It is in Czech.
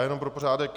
Jenom pro pořádek.